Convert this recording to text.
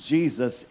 Jesus